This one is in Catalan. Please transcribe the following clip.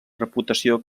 reputació